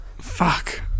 Fuck